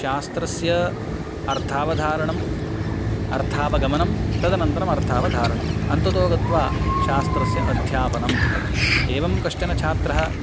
शास्त्रस्य अर्थावधारणम् अर्थावगमनम् तदनन्तरम् अर्थावधारणम् अन्ततोगत्वा शास्त्रस्य अध्यापनम् एवं कश्चन छात्रः